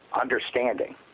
understanding